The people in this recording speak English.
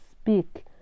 speak